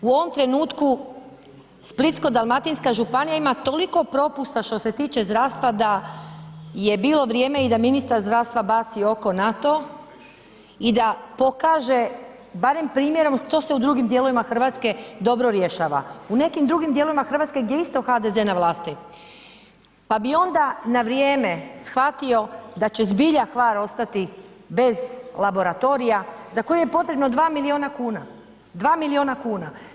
U ovom trenutku Splitsko-dalmatinska županija ima toliko propusta što se tiče zdravstva da je bilo vrijeme i da ministar zdravstva baci oko na to i da pokaže barem primjerom što se u drugim dijelovima Hrvatske dobro rješava u nekim drugim dijelovima Hrvatske gdje je isto HDZ na vlasti pa bi onda na vrijeme shvatio da će zbilja Hvar ostati bez laboratorija za koji je potrebno 2 milijuna kuna.